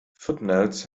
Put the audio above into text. footnotes